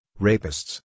rapists